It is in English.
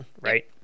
right